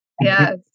Yes